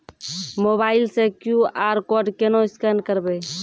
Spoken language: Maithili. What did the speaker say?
मोबाइल से क्यू.आर कोड केना स्कैन करबै?